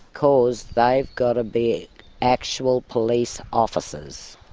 because they've got to be actual police officers,